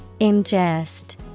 Ingest